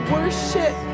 Worship